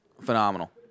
Phenomenal